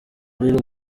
rero